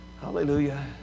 hallelujah